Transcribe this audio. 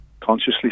consciously